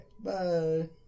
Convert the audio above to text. Bye